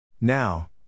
Now